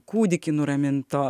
kūdikį nuraminto